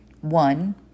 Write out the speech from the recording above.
One